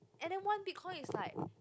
and then one Bitcoin is like